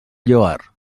lloar